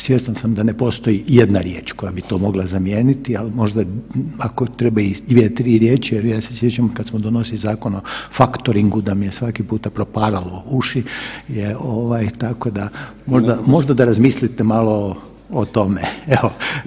Svjestan sam da ne postoji jedna riječ koja bi to mogla zamijeniti, ali možda ako treba i 2, 3 riječi jer ja se sjećam kad smo donosili zakon o faktoringu da mi je svaki puta proparalo uši jer ovaj tako da, možda da razmislite malo o tome, evo.